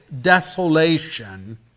desolation